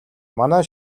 манай